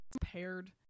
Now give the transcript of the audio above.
paired